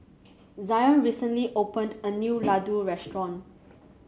Zion recently opened a new Ladoo restaurant